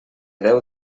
déu